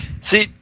See